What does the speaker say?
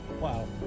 Wow